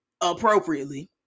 appropriately